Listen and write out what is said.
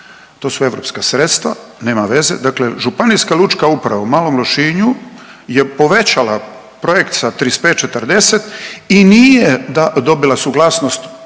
To su europska sredstva, nema veze. Dakle, županija lučka uprava u Malom Lošinju je povećala projekt sa 35, 40 i nije dobila suglasnost